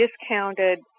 discounted